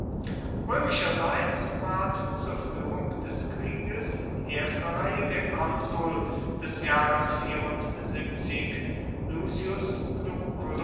römischerseits ward zur führung des krieges in erster reihe der konsul des jahres